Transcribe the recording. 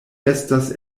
estas